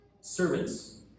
servants